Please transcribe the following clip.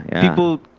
people